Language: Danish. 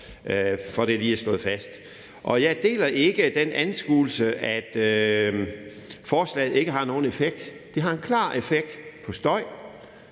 er det lige slået fast. Jeg deler ikke den anskuelse, at forslaget ikke har nogen effekt. Det har en klar effekt på støj.